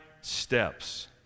steps